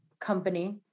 company